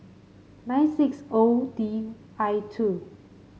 nine six O D I two